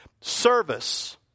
Service